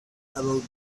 about